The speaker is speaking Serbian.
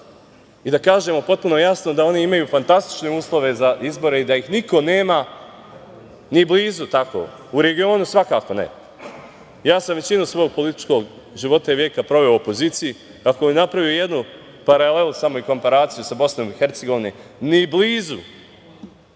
i da kažemo potpuno jasno da oni imaju fantastične uslove za izbore i da ih niko nema ni blizu tako, u regionu svakako ne. Ja sam većinu svog političkog života i veka proveo u opoziciji. Ako bih napravo jednu paralelu samo i komparaciju sa BiH, ni blizu,